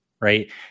right